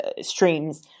streams